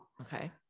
Okay